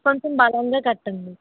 కొంచెం బలంగా కట్టండి